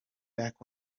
back